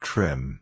Trim